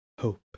hope